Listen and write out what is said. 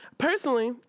Personally